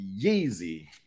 Yeezy